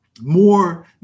More